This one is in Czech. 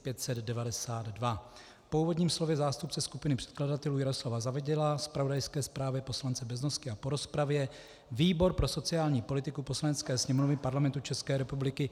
Po úvodním slově zástupce skupiny předkladatelů Jaroslava Zavadila, zpravodajské zprávě poslance Beznosky a po rozpravě výbor pro sociální politiku Poslanecké sněmovny Parlamentu České republiky